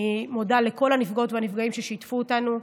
אני מודה לכל הנפגעות והנפגעים ששיתפו אותנו.